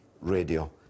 radio